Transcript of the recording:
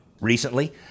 recently